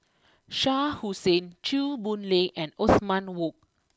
Shah Hussain Chew Boon Lay and Othman Wok